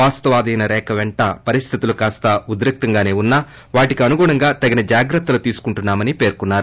వాస్తవాధీనరేఖ పెంట పరిస్దితులు కాస్త ఉద్రిక్తంగానే ఉన్నా వాటికి అనుగుణంగా తగిన జాగ్రత్తలు తీసుకుంటున్నా మని పేర్కొన్నారు